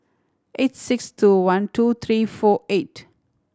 eight six two one two three four eight